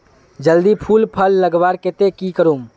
जल्दी फूल फल लगवार केते की करूम?